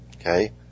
Okay